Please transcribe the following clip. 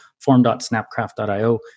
form.snapcraft.io